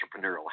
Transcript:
entrepreneurial